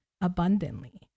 abundantly